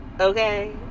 okay